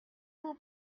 vous